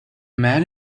man